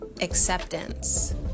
acceptance